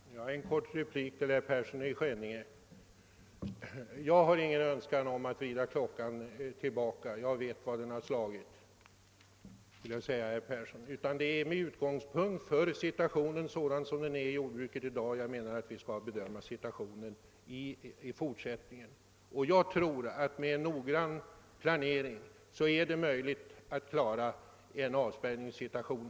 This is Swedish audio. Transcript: Herr talman! En kort replik till herr Persson i Skänninge. Jag har ingen önskan att vrida klockan tillbaka, jag vet vad den har slagit, herr Persson. Det är med utgångspunkt från jordbrukets situation i dag som man enligt min mening skall bedöma situationen i fortsättningen. Jag tror att det med en noggrann planering är möjligt att klara en avspärrning.